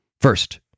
First